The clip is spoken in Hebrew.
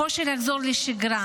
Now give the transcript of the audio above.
קושי לחזור לשגרה,